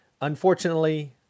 Unfortunately